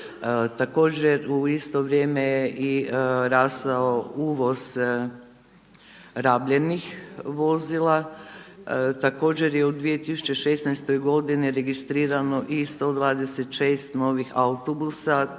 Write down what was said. Također u isto vrijeme je i rasao uvoz rabljenih vozila. Također je u 2016. godini registrirano i 126 novih autobusa,